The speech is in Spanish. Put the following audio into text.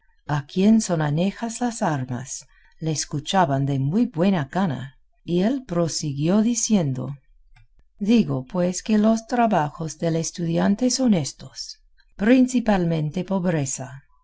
a quien son anejas las armas le escuchaban de muy buena gana y él prosiguió diciendo digo pues que los trabajos del estudiante son éstos principalmente pobreza